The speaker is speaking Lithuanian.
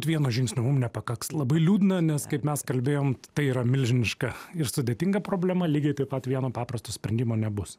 vieno žingsnio nepakaks labai liūdna nes kaip mes kalbėjom tai yra milžiniška ir sudėtinga problema lygiai taip pat vieno paprasto sprendimo nebus